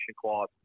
clause